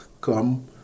come